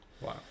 Wow